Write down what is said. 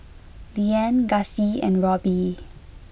Liane Gussie and Robby